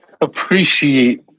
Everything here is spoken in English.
appreciate